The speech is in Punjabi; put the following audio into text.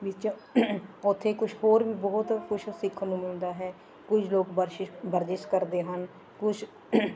ਵਿੱਚ ਉੱਥੇ ਕੁਛ ਹੋਰ ਵੀ ਬਹੁਤ ਕੁਛ ਸਿੱਖਣ ਨੂੰ ਮਿਲਦਾ ਹੈ ਕੁਝ ਲੋਕ ਬਰਸ਼ਿਸ ਵਰਜਿਸ਼ ਕਰਦੇ ਹਨ ਕੁਛ